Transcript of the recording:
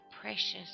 precious